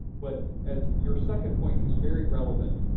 but as your second point is very relevant,